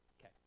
Okay